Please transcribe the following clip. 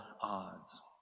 odds